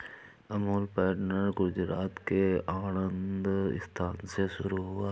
Amul pattern Gujarat के आणंद स्थान से शुरू हुआ है